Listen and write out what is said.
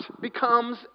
becomes